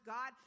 God